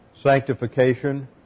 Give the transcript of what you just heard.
sanctification